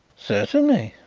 certainly,